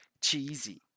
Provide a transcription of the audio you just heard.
Cheesy